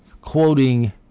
quoting